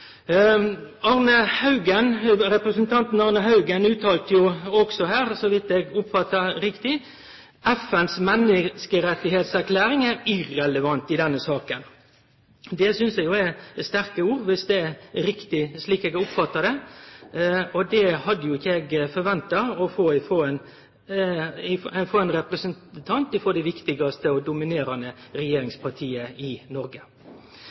Representanten Arne L. Haugen uttalte her, dersom eg oppfatta det riktig, at FNs menneskerettserklæring er irrelevant i denne saka. Det synest eg er sterke ord, dersom det er riktig slik eg har oppfatta det. Det hadde ikkje eg forventa frå ein representant frå det viktigaste og dominerande regjeringspartiet i Noreg.